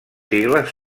sigles